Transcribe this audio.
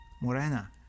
Morena